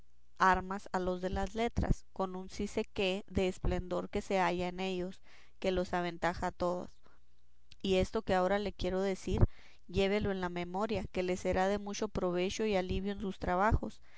armas a los de las letras con un sí sé qué de esplendor que se halla en ellos que los aventaja a todos y esto que ahora le quiero decir llévelo en la memoria que le será de mucho provecho y alivio en sus trabajos